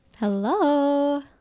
hello